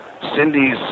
Cindy's